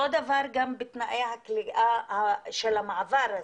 אותו דבר גם בתנאי הכליאה של המעבר.